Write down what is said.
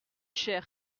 cher